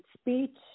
speech